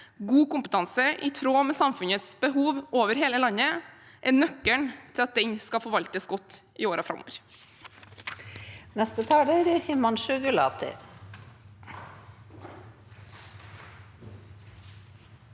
God kompetanse i tråd med samfunnets behov over hele landet er nøkkelen til at den skal kunne forvaltes godt i årene framover.